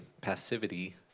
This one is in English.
passivity